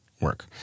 work